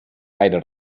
gaire